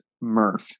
Murph